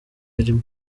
yarimo